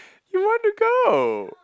you want to go